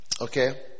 okay